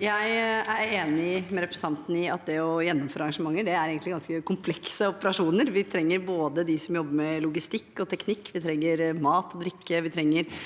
Jeg er enig med representanten i at det å gjennomføre arrangementer egentlig er ganske komplekse operasjoner. Vi trenger de som jobber med logistikk og teknikk. Vi trenger mat og drikke. Vi trenger